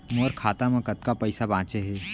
मोर खाता मा कतका पइसा बांचे हे?